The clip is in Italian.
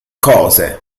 cose